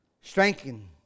Strengthen